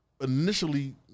initially